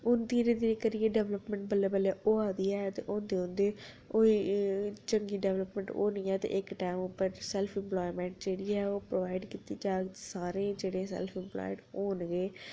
हून धीरे धीरे करियै डिवैल्पमैंट बल्लें बल्लें होआ दी ऐ ते होंदे होंदे चंगी डिवैल्पमैंट होनी ऐ ते इक टैम उप्पर सैल्फ इंप्लायमेंट जेह्ड़ी ऐ ओह् प्रोवाइड कीती जाह्ग सारें गी जेह्ड़े सैल्फ इंप्लायड होन गे